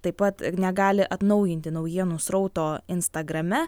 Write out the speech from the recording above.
taip pat negali atnaujinti naujienų srauto instagrame